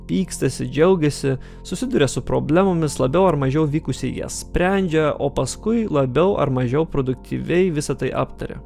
pykstasi džiaugiasi susiduria su problemomis labiau ar mažiau vykusiai jas sprendžia o paskui labiau ar mažiau produktyviai visa tai aptaria